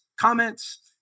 comments